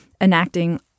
enacting